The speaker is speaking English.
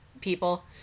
people